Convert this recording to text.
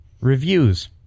reviews